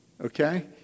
Okay